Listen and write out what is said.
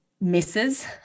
misses